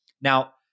Now